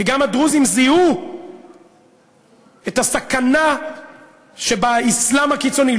כי גם הדרוזים זיהו את הסכנה שבאסלאם הקיצוני.